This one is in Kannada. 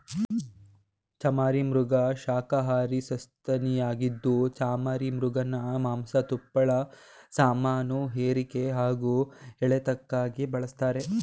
ಚಮರೀಮೃಗ ಶಾಖಹಾರಿ ಸಸ್ತನಿಯಾಗಿದ್ದು ಚಮರೀಮೃಗನ ಮಾಂಸ ತುಪ್ಪಳ ಸಾಮಾನುಹೇರಿಕೆ ಹಾಗೂ ಎಳೆತಕ್ಕಾಗಿ ಬಳಸ್ತಾರೆ